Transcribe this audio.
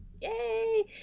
Yay